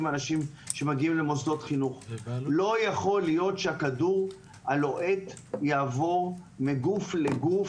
לא יכול להיות שהכדור הלוהט יעבור מגוף לגוף.